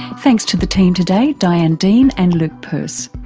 thanks to the team today, diane dean and luke purse.